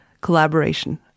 collaboration